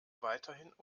weiterhin